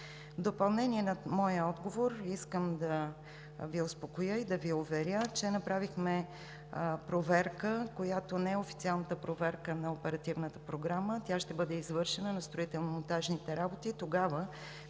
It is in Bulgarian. В допълнение на моя отговор, искам да Ви успокоя и да Ви уверя, че направихме проверка, която е неофициалната проверка на Оперативната програма. Тя ще бъде извършена на строително-монтажните работи тогава,